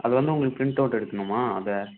அது வந்து உங்களுக்கு பிரிண்ட்டவுட் எடுக்கணுமா அதை